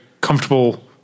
comfortable